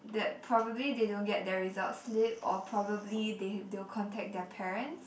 that probably they don't get their result slip or probably they they will contact their parents